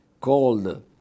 called